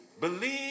Believe